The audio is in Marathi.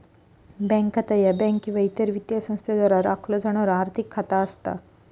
बँक खाता ह्या बँक किंवा इतर वित्तीय संस्थेद्वारा राखलो जाणारो आर्थिक खाता असता